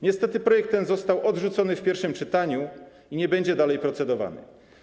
Niestety projekt ten został odrzucony w pierwszym czytaniu i nie będzie dalej procedowany.